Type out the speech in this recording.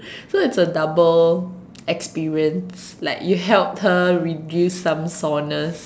so it's a double experience like you helped her reduce some soreness